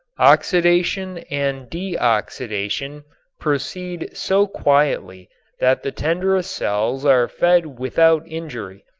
oxidation and de-oxidation proceed so quietly that the tenderest cells are fed without injury.